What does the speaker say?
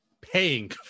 paying